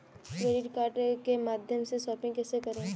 Credit card के माध्यम से शॉपिंग कैसे करें?